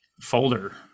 folder